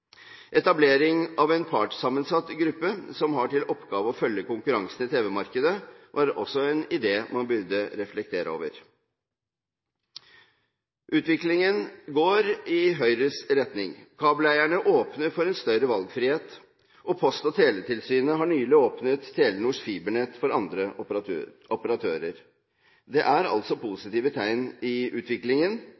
Etablering av en partssammensatt gruppe som har til oppgave å følge konkurransen i tv-markedet, var også en idé man burde reflektere over. Utviklingen går i Høyres retning. Kabeleierne åpner for større valgfrihet, og Post- og teletilsynet har nylig åpnet Telenors fibernett for andre operatører. Det er altså